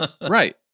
Right